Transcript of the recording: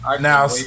Now